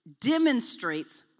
demonstrates